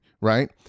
right